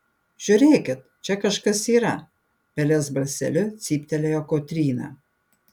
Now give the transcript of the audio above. žiūrėkit čia kažkas yra pelės balseliu cyptelėjo kotryna